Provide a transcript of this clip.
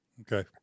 Okay